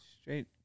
straight